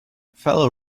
feller